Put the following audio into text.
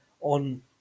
on